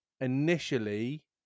initially